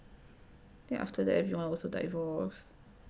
then after that everyone also divorce